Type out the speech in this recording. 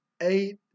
eight